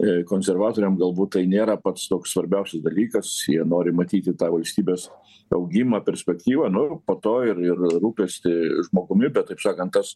jei konservatoriam galbūt tai nėra pats toks svarbiausias dalykas jie nori matyti tą valstybės augimą perspektyvą nu po to ir ir rūpestį žmogumi bet taip sakant tas